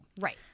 right